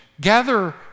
gather